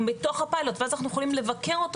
אנחנו בתוך הפיילוט ואז אנחנו יכולים לבקר אותו